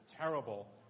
terrible